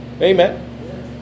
Amen